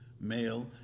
male